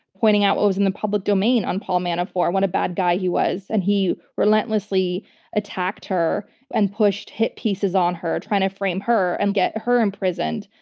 pointing out what was in the public domain on paul manafort, what a bad guy he was, and he relentlessly attacked her and pushed hate pieces on her, trying to frame her and get her imprisoned,